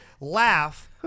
laugh